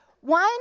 One